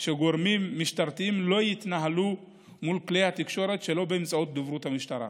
שגורמים משטרתיים לא יתנהלו מול כלי התקשורת שלא באמצעות דוברות המשטרה.